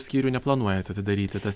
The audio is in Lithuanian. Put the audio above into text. skyrių neplanuojat atidaryti tas